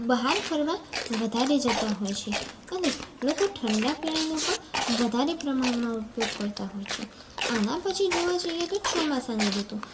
બહાર ફરવા વધારે જતા હોય છે અને લોકો ઠંડા પીણાનો પણ વધારે પ્રમાણમાં ઉપયોગ કરતા હોય છે આના પછી જોવા જઇએ તો ચોમાસાની ઋતુ